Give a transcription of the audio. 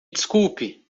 desculpe